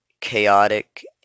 chaotic